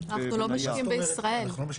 אנחנו לא משקיעים בישראל.